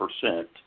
percent